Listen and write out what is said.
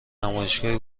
نمایشگاهی